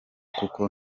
kuko